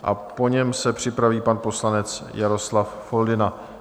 A po něm se připraví pan poslanec Jaroslav Foldyna.